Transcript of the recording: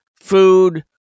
food